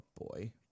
boy